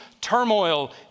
turmoil